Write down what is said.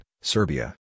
Serbia